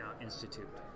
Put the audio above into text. Institute